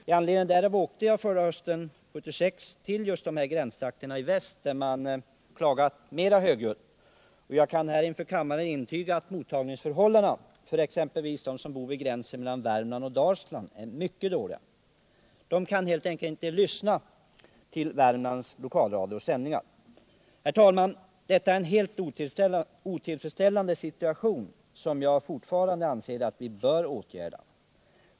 Med anledning därav for jag hösten 1976 till de gränstrakter i västra Sverige, där man klagat mera högljutt. Jag kan här inför kammaren intyga att mottagningsförhållandena för exempelvis dem som bor vid gränsen mellan Värmland och Dalsland är mycket dåliga. De kan helt enkelt inte lyssna på Värmlands lokalradios sändningar. Herr talman! Detta är en helt otillfredsställande situation, som jag fortfarande anser att vi bör åtgärda.